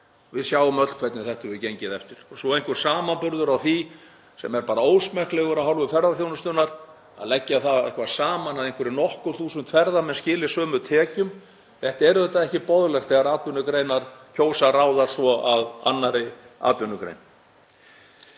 Við sjáum öll hvernig þetta hefur gengið eftir. Og svo einhver samanburður á því sem er bara ósmekklegur af hálfu ferðaþjónustunnar, að leggja það saman að nokkur þúsund ferðamenn skili sömu tekjum — þetta er auðvitað ekki boðlegt þegar atvinnugreinar kjósa að ráðast svo að annarri atvinnugrein.